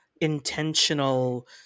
intentional